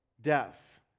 Death